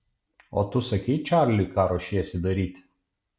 o tu sakei čarliui ką ruošiesi daryti